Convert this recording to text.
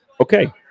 okay